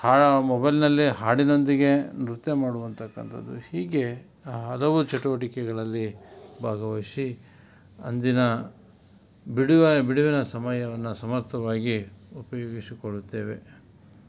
ಮೊಬಲ್ನಲ್ಲಿ ಹಾಡಿನೊಂದಿಗೆ ನೃತ್ಯ ಮಾಡುವಂತಕ್ಕಂತದ್ದು ಹೀಗೆ ಹಲವು ಚಟುವಟಿಕೆಗಳಲ್ಲಿ ಭಾಗವಹಿಸಿ ಅಂದಿನ ಬಿಡುವಿನ ಸಮಯವನ್ನು ಸಮರ್ಥವಾಗಿ ಉಪಯೋಗಿಸಿಕೊಳ್ಳುತ್ತೇವೆ